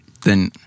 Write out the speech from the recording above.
then-